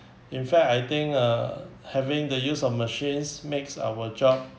in fact I think uh having the use of machines makes our job